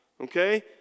okay